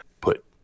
put